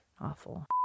awful